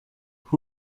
who